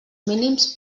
mínims